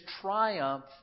triumph